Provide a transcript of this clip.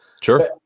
Sure